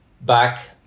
back